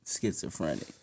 schizophrenic